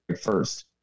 first